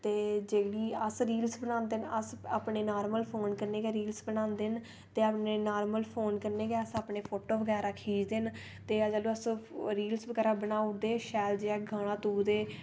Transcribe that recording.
ते जेह्ड़ी अस रील बनांदे न अस अपने नार्मल फोन कन्नै गै रील बनांदे न ते अपने नार्मल फोन कन्नै गै अस अपने फोटो बगैरा खिच्चदे न ते अस रील घरा बनांदे शैल जेहा गाना तुपदे